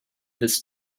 this